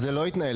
בתו,